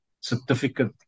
certificate